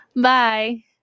Bye